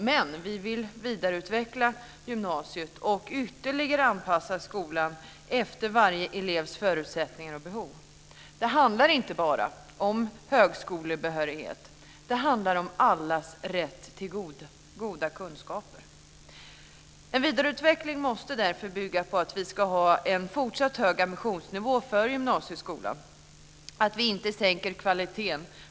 Men vi vill vidareutveckla gymnasiet och ytterligare anpassa skolan efter varje elevs förutsättningar och behov. Det handlar inte bara om högskolebehörighet. Det handlar om allas rätt till goda kunskaper. En vidareutveckling måste därför bygga på att vi ska ha en fortsatt hög ambitionsnivå för gymnasieskolan. Vi ska inte sänka kvaliteten.